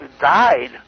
died